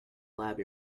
lab